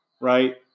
Right